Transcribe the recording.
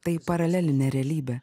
tai paralelinė realybė